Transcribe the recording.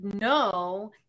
no